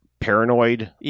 Paranoid